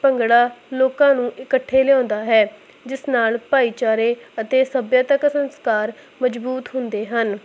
ਭੰਗੜਾ ਲੋਕਾਂ ਨੂੰ ਇਕੱਠੇ ਲਿਆਉਂਦਾ ਹੈ ਜਿਸ ਨਾਲ ਭਾਈਚਾਰੇ ਅਤੇ ਸੱਭਿਆਤਕ ਸੰਸਕਾਰ ਮਜ਼ਬੂਤ ਹੁੰਦੇ ਹਨ